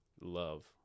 love